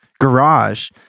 garage